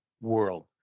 world